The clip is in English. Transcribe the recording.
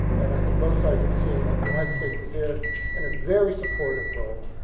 and i think both sides have seen that the united states is there in a very supportive role,